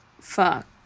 Fuck